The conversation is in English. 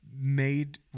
made